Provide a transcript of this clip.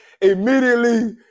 immediately